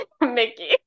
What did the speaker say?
Mickey